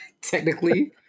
technically